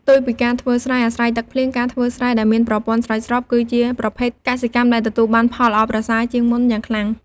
ផ្ទុយពីការធ្វើស្រែអាស្រ័យទឹកភ្លៀង ការធ្វើស្រែដែលមានប្រព័ន្ធស្រោចស្រព គឺជាប្រភេទកសិកម្មដែលទទួលបានផលល្អប្រសើរជាងមុនយ៉ាងខ្លាំង។